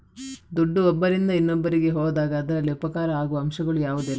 ದುಡ್ಡು ಒಬ್ಬರಿಂದ ಇನ್ನೊಬ್ಬರಿಗೆ ಹೋದಾಗ ಅದರಲ್ಲಿ ಉಪಕಾರ ಆಗುವ ಅಂಶಗಳು ಯಾವುದೆಲ್ಲ?